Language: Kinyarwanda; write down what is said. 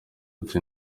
ati